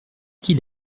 qu’il